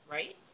Right